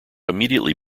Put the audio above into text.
immediately